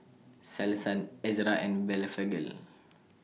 Selsun Ezerra and Blephagel